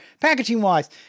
Packaging-wise